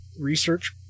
research